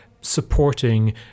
supporting